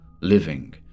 living